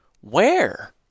Where